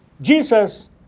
Jesus